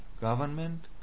government